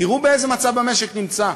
תראו באיזה מצב המשק נמצא: